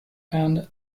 end